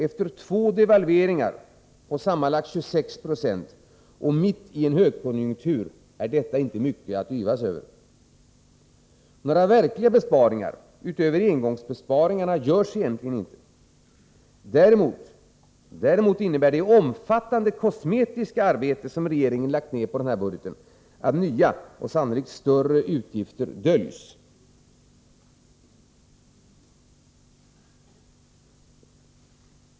Efter två devalveringar på sammanlagt 26 70, och mitt i en högkonjunktur, är detta inte mycket att yvas över. Några verkliga besparingar, utöver engångsbesparingarna, görs egentligen inte. Däremot innebär det omfattande kosmetiska arbete som regeringen har lagt ned på sin budget att nya — och sannolikt större — utgifter döljs.